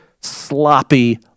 sloppy